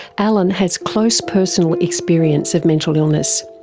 allan has close personal experience of mental illness.